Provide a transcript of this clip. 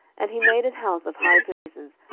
and he made an house of high places,